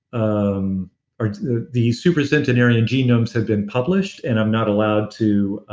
um ah the the supercentenarian genomes have been published and i'm not allowed to